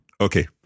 Okay